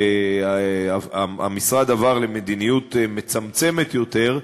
כשהמשרד עבר למדיניות מצמצמת יותר,